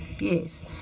Yes